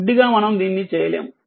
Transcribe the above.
గుడ్డిగా మనం దీన్ని చేయలేము